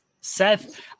seth